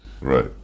Right